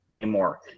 anymore